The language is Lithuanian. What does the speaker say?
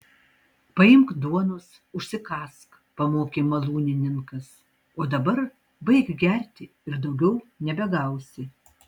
paimk duonos užsikąsk pamokė malūnininkas o dabar baik gerti ir daugiau nebegausi